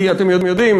כי אתם יודעים,